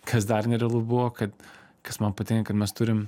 kas dar nerealu buvo kad kas man patinka kad mes turim